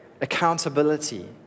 accountability